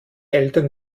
eltern